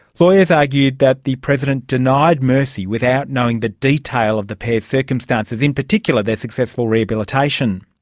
lawyers argued that the president denied mercy without knowing the detail of the pairs' circumstances, in particular their successful rehabilitation.